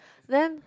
then